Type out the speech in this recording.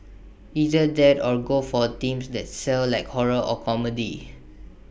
either that or go for themes that sell like horror or comedy